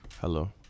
Hello